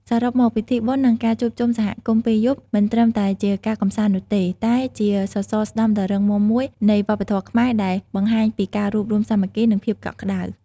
សរុបមក ពិធីបុណ្យនិងការជួបជុំសហគមន៍ពេលយប់ មិនត្រឹមតែជាការកម្សាន្តនោះទេ តែជាសសរស្តម្ភដ៏រឹងមាំមួយនៃវប្បធម៌ខ្មែរដែលបង្ហាញពីការរួបរួមសាមគ្គី និងភាពកក់ក្ដៅ។